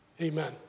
Amen